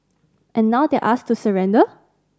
and now they're asked to surrender